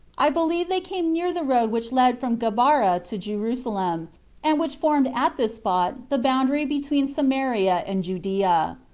i believe they came near the road which led from gabara to jerusalem and which formed at this spot the boundary between samaria and judea.